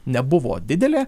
nebuvo didelė